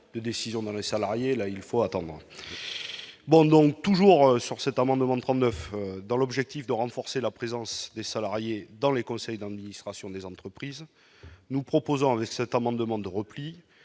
de décision dans les salariés, là, il faut attendre. Bon donc toujours sur cet amendement de 39 dans l'objectif de renforcer la présence des salariés dans les conseils d'indices rations des entreprises, nous proposons avec cette amendement de repli